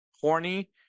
horny